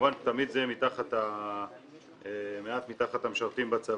כמובן תמיד זה מעט מתחת למשרתים בצבא.